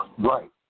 Right